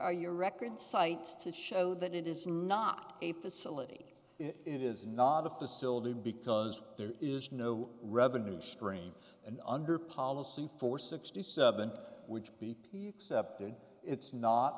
are your record sites to show that it is not a facility it is not a facility because there is no revenue stream and under policy for sixty seven which b p accepted it's not